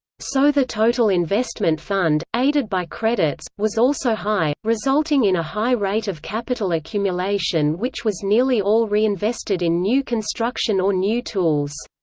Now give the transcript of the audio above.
so the total investment fund, aided by credits, was also high, resulting in a high rate of capital accumulation which was nearly all reinvested in new construction or new tools.